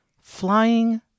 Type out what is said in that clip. flying